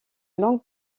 longue